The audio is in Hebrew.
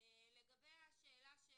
לגבי השאלה של